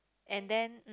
and then